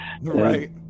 Right